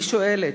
אני שואלת,